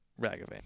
Ragavan